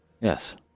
Yes